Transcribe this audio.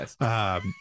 yes